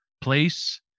place